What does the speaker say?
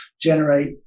generate